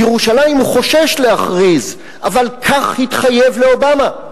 בירושלים הוא חושש להכריז, אבל כך התחייב לאובמה,